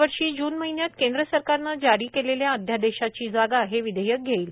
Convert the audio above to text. यावर्षी जून महिन्यात केंद्र सरकारनं जारी केलेल्या अध्यादेशाची जागा हे विधेयक घेईल